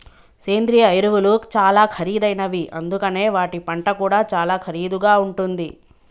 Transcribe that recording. సేంద్రియ ఎరువులు చాలా ఖరీదైనవి అందుకనే వాటి పంట కూడా చాలా ఖరీదుగా ఉంటుంది